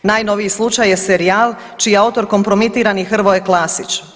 Najnoviji slučaj je serijal čiji je autor kompromitirani Hrvoje Klasić.